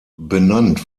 benannt